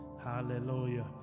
Hallelujah